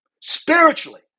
spiritually